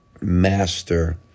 master